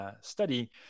Study